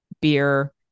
beer